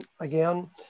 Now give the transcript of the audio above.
again